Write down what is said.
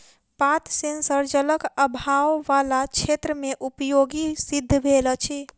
पात सेंसर जलक आभाव बला क्षेत्र मे उपयोगी सिद्ध भेल अछि